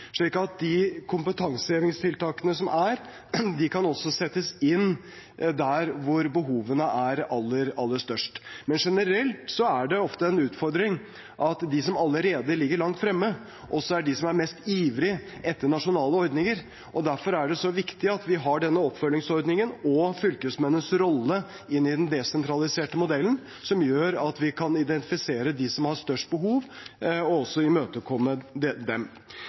slik at de kompetansehevingstiltakene som er, kan settes inn der hvor behovene er aller, aller størst. Generelt er det ofte en utfordring at de som allerede ligger langt fremme, er mest ivrig etter nasjonale ordninger. Derfor er det så viktig at vi har oppfølgingsordningen og fylkesmennenes rolle inn i den desentraliserte modellen, som gjør at vi kan identifisere de som har størst behov, og imøtekomme dem. Ellers er dette et av de